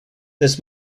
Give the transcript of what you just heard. this